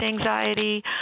anxiety